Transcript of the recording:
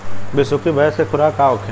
बिसुखी भैंस के खुराक का होखे?